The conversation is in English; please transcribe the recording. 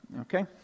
Okay